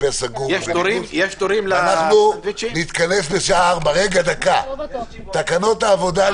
אנחנו נתכנס בשעה 16:00 לדון בתקנות העבודה.